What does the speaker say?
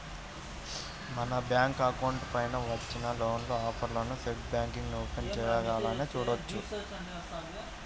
మన bank account పైన వచ్చిన లోన్ ఆఫర్లను నెట్ బ్యాంకింగ్ ఓపెన్ చేయగానే చూడవచ్చు